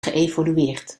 geëvolueerd